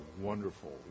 wonderful